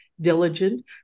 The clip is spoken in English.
diligent